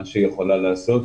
מה שהיא יכולה לעשות,